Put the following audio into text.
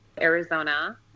Arizona